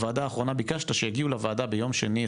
בוועדה האחרונה ביקשת שיגיעו לוועדה ביום שני,